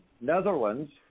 Netherlands